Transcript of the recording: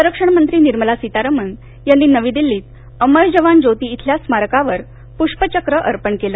संरक्षण मंत्री निर्मला सीतारमण यांनी नवी दिल्लीत अमर जवान ज्योती इथल्या स्मारकावर पुष्पचक्र अर्पण केलं